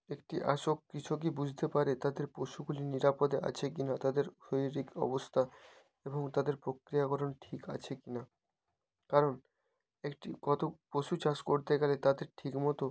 একটি আশল কৃষকই বুঝতে পারে তাদের পশুগুলি নিরাপদে আছে কি না তাদের শরীরিক অবস্তা এবং তাদের প্রক্রিয়াকরণ ঠিক আছে কি না কারণ একটি কতো পশু চাষ করতে গেলে তাদের ঠিক মতো